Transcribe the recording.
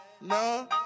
No